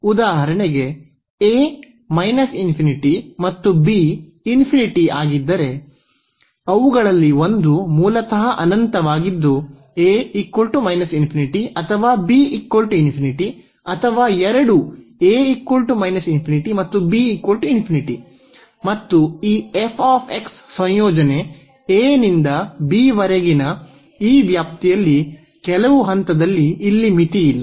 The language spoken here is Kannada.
ಉದಾಹರಣೆಗೆ a ∞ ಮತ್ತು ಅಥವಾ b ∞ ಆಗಿದ್ದರೆ ಅವುಗಳಲ್ಲಿ ಒಂದು ಮೂಲತಃ ಅನಂತವಾಗಿದ್ದು a ∞ ಅಥವಾ b ∞ ಅಥವಾ ಎರಡೂ a ∞ ಮತ್ತು b ∞ ಮತ್ತು ಈ f ಸಂಯೋಜನೆ a ನಿಂದ b ವರೆಗಿನ ಈ x ವ್ಯಾಪ್ತಿಯಲ್ಲಿ ಕೆಲವು ಹಂತದಲ್ಲಿ ಇಲ್ಲಿ ಮಿತಿಯಿಲ್ಲ